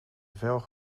velgen